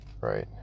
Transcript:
right